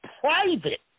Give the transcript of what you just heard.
private